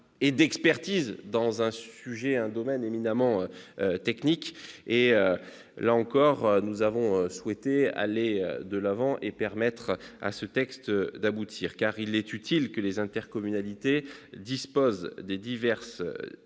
fut très bref dans un domaine éminemment technique. Mais nous avons souhaité aller de l'avant et permettre à ce texte d'aboutir, car il est utile que les intercommunalités disposent des diverses